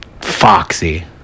foxy